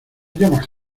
llamas